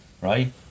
right